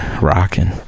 rocking